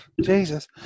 Jesus